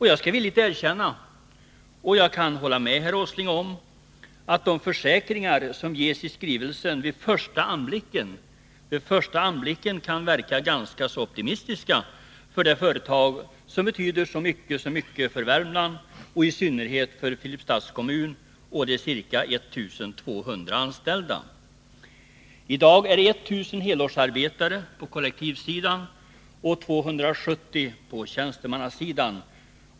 Jag skall villigt erkänna — och hålla med herr Åsling om — att de försäkringar som ges i skrivelsen vid första anblicken kan verka ganska optimistiska för det företag som betyder så mycket för Värmland och i synnerhet för Filipstads kommun och de ca 1 200 anställda. I dag är 1 000 helårsarbetare anställda på kollektivsidan och 270 på tjänstemannasidan.